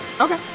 okay